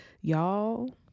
Y'all